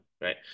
right